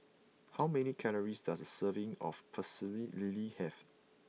how many calories does a serving of Pecel Lele have